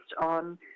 on